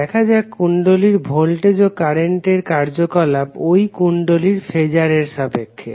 দেখা যাক কুণ্ডলীর ভোল্টেজ ও কারেন্টের কার্যকলাপ ওই কুণ্ডলীর ফেজারের সাপেক্ষে